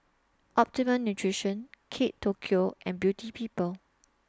Optimum Nutrition Kate Tokyo and Beauty People